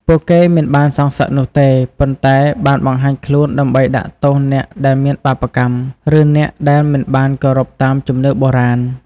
ពួកគេមិនបានសងសឹកនោះទេ ប៉ុន្តែបានបង្ហាញខ្លួនដើម្បីដាក់ទោសអ្នកដែលមានបាបកម្ម ឬអ្នកដែលមិនបានគោរពតាមជំនឿបុរាណ។